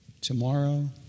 tomorrow